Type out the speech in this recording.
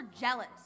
jealous